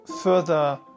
further